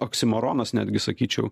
oksimoronas netgi sakyčiau